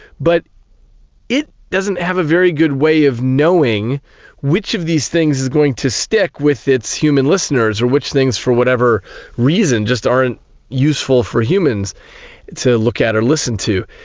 but it doesn't have a very good way of knowing which of these things is going to stick with its human listeners, or which things for whatever reason just aren't useful for humans to look at or listen to.